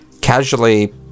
casually